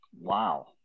Wow